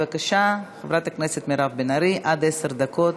בבקשה, חברת הכנסת מירב בן ארי, עד עשר דקות.